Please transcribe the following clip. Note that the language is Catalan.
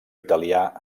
itàlia